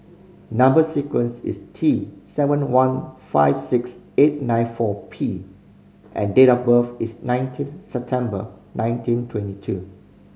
number sequence is T seven one five six eight nine four P and date of birth is nineteen September nineteen twenty two